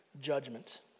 judgment